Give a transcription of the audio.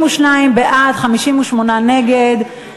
32 בעד, 58 נגד.